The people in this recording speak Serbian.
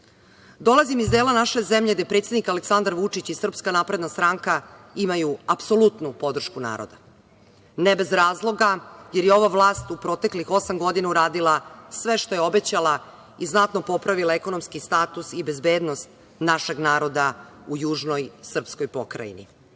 klikom. Dolazim iz dela naše zemlje gde predsednik Aleksandar Vučić i SNS imaju apsolutnu podršku naroda, ne bez razloga jer je ova vlast u proteklih osam godina uradila sve što je obećala i znatno popravila ekonomski status i bezbednost našeg naroda u Južnoj srpskoj pokrajini. Moj